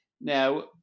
Now